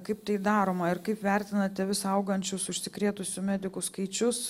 kaip tai daroma ir kaip vertinate vis augančius užsikrėtusių medikų skaičius